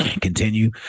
continue